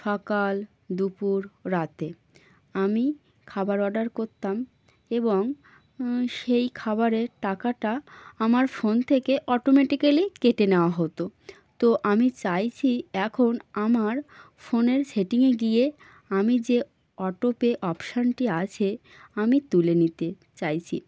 সকাল দুপুর রাতে আমি খাবার অর্ডার করতাম এবং সেই খাবারের টাকাটা আমার ফোন থেকে অটোম্যাটিক্যালি কেটে নেওয়া হতো তো আমি চাইছি এখন আমার ফোনের সেটিংয়ে গিয়ে আমি যে অটো পে অপশনটি আছে আমি তুলে নিতে চাইছি